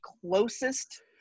closest